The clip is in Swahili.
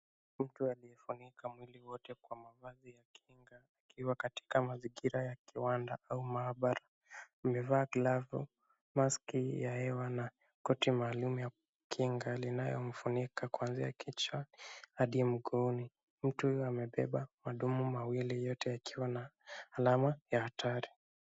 Mtu aliyefunika mwili wote kwa mavazi ya kinga akiwa katika mazingira ya kiwanda au maabara. Amevaa glavu, maski ya hewa na koti maalum ya kujikinga linayomfunika kuanzia kichwa hadi mguuni. Mtu huyu amebeba madumu mawili yote yakiwa na alama ya hatari.